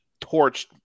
torched